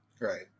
Right